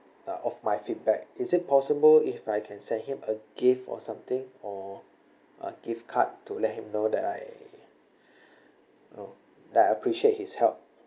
uh of my feedback is it possible if I can send him a gift or something or a gift card to let him know that I uh that I appreciate his help